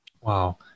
Wow